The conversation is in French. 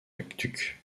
aqueduc